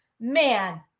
Man